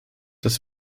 das